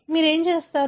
మీరు ఏమి చూస్తారు